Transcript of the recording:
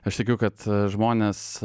aš tikiu kad žmonės